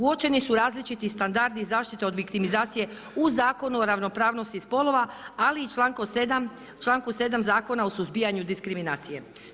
Uočeni su različiti standardi zaštite od viktimizacije u Zakonu o ravnopravnosti spolova, ali i članku 7. Zakona o suzbijanju diskriminacije.